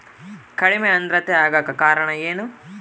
ಕಡಿಮೆ ಆಂದ್ರತೆ ಆಗಕ ಕಾರಣ ಏನು?